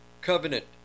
covenant